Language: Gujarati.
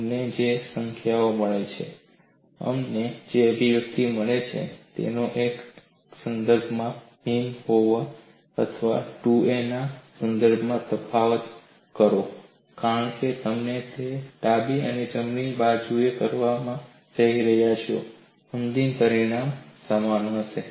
અમને જે સંખ્યાઓ મળી છે અમને જે અભિવ્યક્તિઓ મળી છે તેમાં તમે એકના સંદર્ભમાં ભિન્ન હોવ અથવા 2a ના સંદર્ભમાં તફાવત કરો કારણ કે તમે તેને ડાબી અને જમણી બાજુએ કરવા જઈ રહ્યા છો અંતિમ પરિણામ સમાન હશે